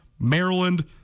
Maryland